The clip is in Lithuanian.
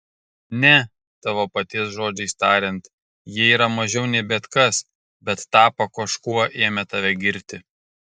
ne tavo paties žodžiais tariant jie yra mažiau nei bet kas bet tapo kažkuo ėmę tave girti